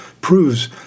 proves